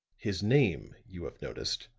his name, you have noticed,